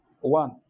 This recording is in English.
One